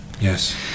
Yes